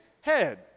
head